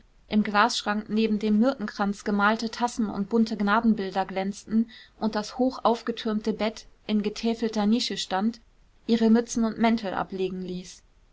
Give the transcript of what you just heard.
im glasschrank neben dem myrtenkranz gemalte tassen und bunte gnadenbilder glänzten und das hochaufgetürmte bett in getäfelter nische stand ihre mützen und mäntel ablegen ließ